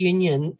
Union